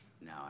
no